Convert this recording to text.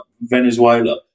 Venezuela